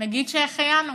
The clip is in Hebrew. נגיד שהחיינו,